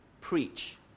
preach